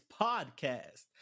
Podcast